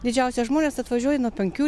didžiausias žmonės atvažiuoja nuo penkių